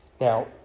Now